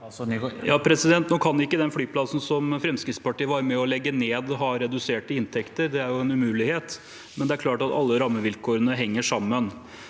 Nå kan ikke den flyplassen som Fremskrittspartiet var med på å legge ned, ha reduserte inntekter. Det er jo en umulighet. Det er klart at alle rammevilkårene henger sammen.